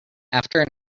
after